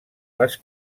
les